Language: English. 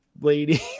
lady